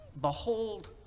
Behold